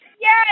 yes